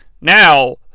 Now